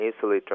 easily